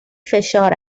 فشار